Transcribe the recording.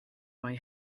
mae